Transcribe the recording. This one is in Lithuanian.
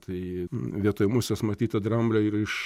tai vietoj musės matyti dramblio ir iš